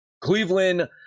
Cleveland